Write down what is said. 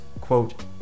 quote